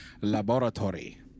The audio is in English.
laboratory